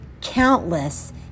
countless